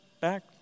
back